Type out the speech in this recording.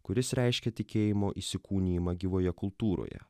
kuris reiškia tikėjimo įsikūnijimą gyvoje kultūroje